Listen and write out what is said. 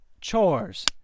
chores